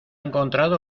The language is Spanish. encontrado